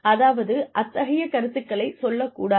அதாவது அத்தகைய கருத்துக்களைச் சொல்லக் கூடாது